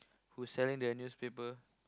who's selling the newspaper